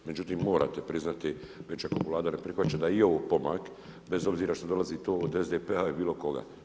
Međutim, morate priznati, već ako Vlada ne prihvaća, da je i ovo pomak bez obzira što dolazi to od SDP-a ili bilo koga.